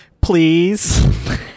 Please